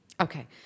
Okay